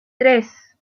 tres